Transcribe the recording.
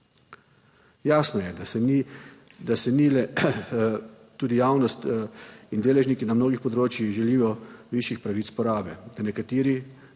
Jasno je, da tudi javnost in deležniki na mnogih področjih želijo višjih pravic porabe, da nekateri